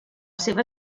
seva